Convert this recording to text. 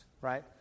right